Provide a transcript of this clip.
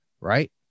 Right